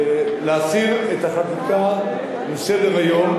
להסיר את החקיקה מסדר-היום,